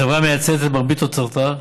החברה מייצאת את מרבית תוצרתה,